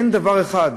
אין דבר אחד,